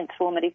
transformative